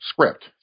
script